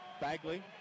bagley